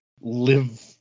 live